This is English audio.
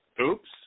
Oops